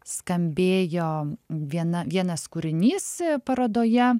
skambėjo viena vienas kūrinys parodoje